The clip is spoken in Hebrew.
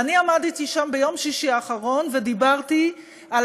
עמדתי שם ביום שישי האחרון ודיברתי על